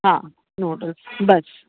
हा नूडल्स बसि